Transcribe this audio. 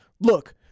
Look